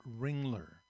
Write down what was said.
Ringler